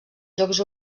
jocs